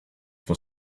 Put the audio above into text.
for